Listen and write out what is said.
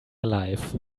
alive